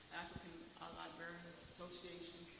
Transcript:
african librarians association,